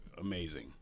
amazing